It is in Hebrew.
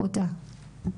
אותה,